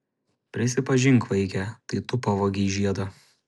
prisipažink vaike tai tu pavogei žiedą